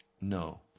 No